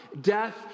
death